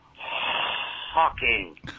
Hawking